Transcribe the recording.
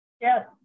Yes